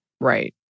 Right